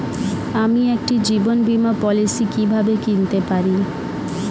আমি একটি জীবন বীমা পলিসি কিভাবে কিনতে পারি?